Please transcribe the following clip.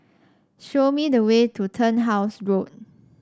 show me the way to Turnhouse Road